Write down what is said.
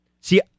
See